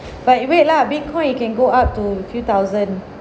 but you wait lah bitcoin it can go up to few thousand